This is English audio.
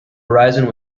horizon